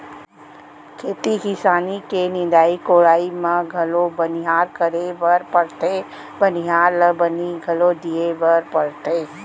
खेती किसानी के निंदाई कोड़ाई म घलौ बनिहार करे बर परथे बनिहार ल बनी घलौ दिये बर परथे